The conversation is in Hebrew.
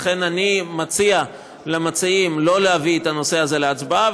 לכן אני מציע למציעים לא להביא את הנושא הזה להצבעה,